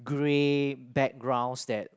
great backgrounds that